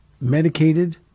medicated